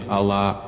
Allah